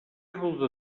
rude